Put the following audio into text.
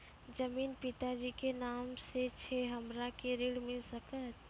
जमीन पिता जी के नाम से छै हमरा के ऋण मिल सकत?